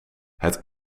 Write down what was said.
het